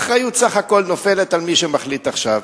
אחריות בסך הכול נופלת על מי שמחליט עכשיו.